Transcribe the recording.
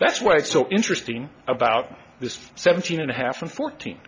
that's why it's so interesting about this seventeen and a half from fourteen